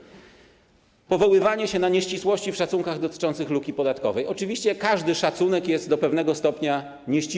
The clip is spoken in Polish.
Jeśli chodzi o powoływanie się na nieścisłości w szacunkach dotyczących luki podatkowej - oczywiście każdy szacunek jest do pewnego stopnia nieścisły.